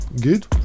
good